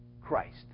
Christ